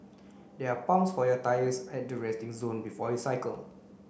there are pumps for your tyres at the resting zone before you cycle